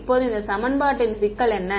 இப்போது இந்த சமன்பாட்டின் சிக்கல் என்ன